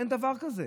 אין דבר כזה,